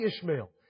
Ishmael